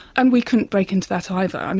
and we couldn't break into that either. um